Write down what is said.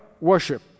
worship